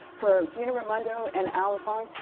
for gina raimondo and allan fung,